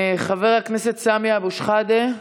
חבר הכנסת סמי אבו שחאדה.